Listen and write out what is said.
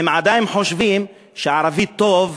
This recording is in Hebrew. והם עדיין חושבים שערבי טוב,